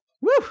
Woo